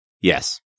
Yes